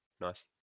nice